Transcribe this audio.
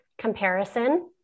comparison